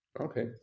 Okay